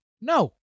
No